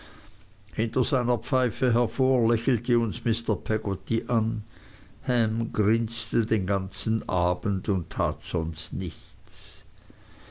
hinter seiner pfeife hervor lächelte uns mr peggotty an ham grinste den ganzen abend und tat sonst nichts